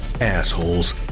Assholes